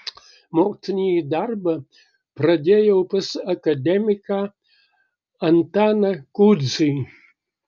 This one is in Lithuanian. mokslinį darbą pradėjau pas akademiką antaną kudzį